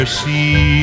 see